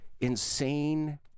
insane